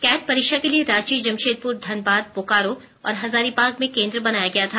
cat परीक्षा के लिए रांची जमशेदप्र धनबाद बोकारो और हजारीबाग में केंद्र बनाया गया था